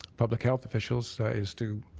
public health officials so is to